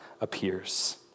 appears